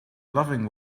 loving